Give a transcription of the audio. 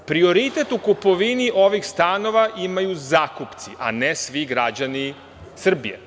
Prioritet u kupovini ovih stanova imaju zakupci, a ne svi građani Srbije.